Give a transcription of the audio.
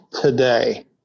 today